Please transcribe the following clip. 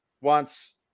wants